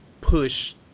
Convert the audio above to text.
push